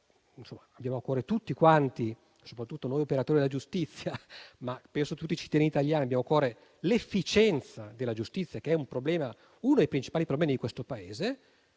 penso che tutti quanti (soprattutto noi operatori della giustizia, ma penso tutti i cittadini italiani) abbiamo a cuore l'efficienza della giustizia, che è uno dei principali problemi di questo Paese: